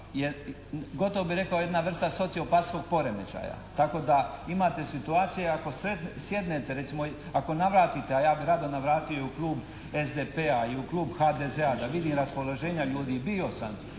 gotovo bih rekao jedna vrsta sociopatskog poremećaja. Tako da imate situacije ako sjednete, recimo ako navratite a ja bih rado navratio u Klub SDP-a i u Klub HDZ-a da vidim raspoloženja ljudi i bio sam,